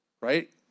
right